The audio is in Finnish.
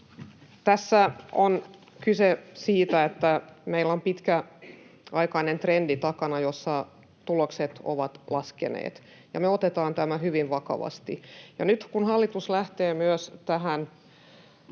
Tässä on kyse siitä, että meillä on takana pitkäaikainen trendi, jossa tulokset ovat laskeneet, ja me otetaan tämä hyvin vakavasti. Nyt, kun hallitus lähtee myös tähän